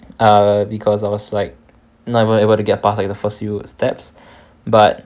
uh because I was like not even able to get pass like the first few steps but